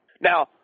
Now